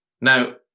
Now